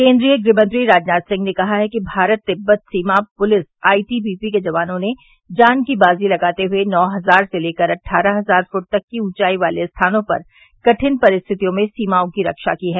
केन्द्रीय गृहमंत्री राजनाथ सिंह ने कहा है कि भारत तिब्बत सीमा पुलिस आईटीबीपी के जवानों ने जान की बाजी लगाते हुए नौ हजार से लेकर अट्ठारह हजार फूट तक की ऊंचाई वाले स्थानों पर कठिन परिस्थितियों में सीमाओं की रक्षा की है